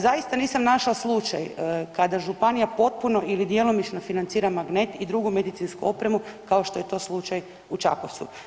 Zaista nisam našla slučaj kada županija potpuno ili djelomično financira magnet i drugu medicinsku opremu kao što je to slučaj u Čakovcu.